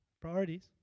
Priorities